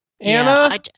anna